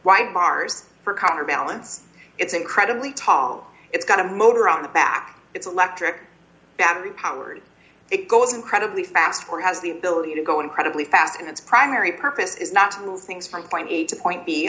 white bars for cover balance it's incredibly tall it's got a motor on the back it's electric battery powered it goes incredibly fast or has the ability to go incredibly fast and it's primary purpose is not to those things from point a to point b